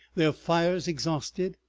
their fires exhausted,